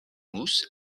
mousse